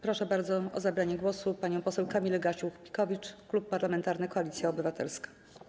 Proszę bardzo o zabranie głosu panią poseł Kamilę Gasiuk-Pihowicz, Klub Parlamentarny Koalicja Obywatelska.